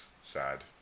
Sad